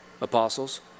apostles